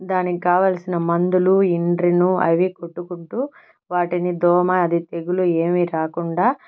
దానికి కావలసిన మందులు ఎండ్రిను అవి కొట్టుకుంటూ వాటిని దోమ అది తెగులు ఏమీ రాకుండా